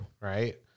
Right